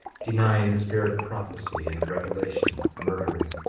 denying the spirit of prophecy and of revelation, murdering,